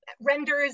renders